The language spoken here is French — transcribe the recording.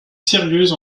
sérieuse